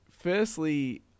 Firstly